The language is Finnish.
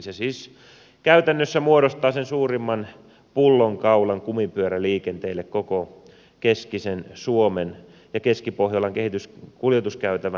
se siis käytännössä muodostaa sen suurimman pullonkaulan kumipyöräliikenteelle koko keskisen suomen ja keskipohjolan kuljetuskäytävän alueilla